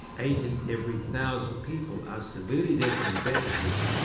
eight in every thousand people are severely deaf in the better ear,